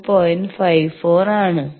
54 ആണ്